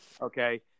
Okay